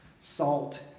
Salt